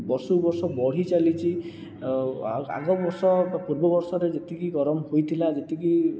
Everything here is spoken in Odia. ବର୍ଷକୁ ବର୍ଷ ବଢ଼ି ଚାଲିଛି ଆଉ ଆଗ ବର୍ଷ ବା ପୂର୍ବ ବର୍ଷରେ ଯେତିକି ଗରମ ହୋଇଥିଲା ଯେତିକି